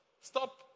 stop